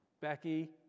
Becky